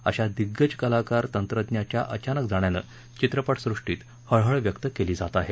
अशा दिग्गज कलाकार तंत्रज्ञाच्या अचानक जाण्यानं चित्रपट सृष्टीत हळहळ व्यक्त केली जात आहे